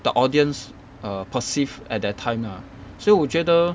the audience err perceive at that time lah 所以我觉得